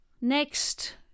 Next